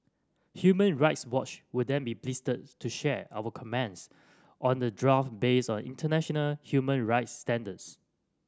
Human Rights Watch would then be pleased to share our comments on the draft based on international human rights standards